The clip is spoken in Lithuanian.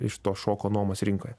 iš to šoko nuomos rinkoj